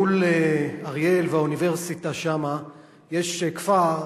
מול אריאל והאוניברסיטה שם יש כפר,